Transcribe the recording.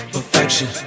Perfection